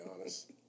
honest